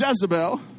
Jezebel